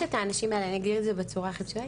אני אגיד את זה בצורה הכי פשוטה.